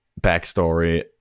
backstory